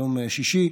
ביום שישי,